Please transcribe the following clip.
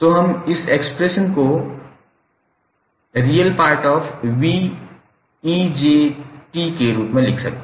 तो हम इस एक्सप्रेशन को 𝑅𝑒𝑽𝑒𝑗𝜔𝑡 के रूप में लिखते हैं